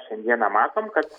šiandieną matom kad